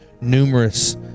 numerous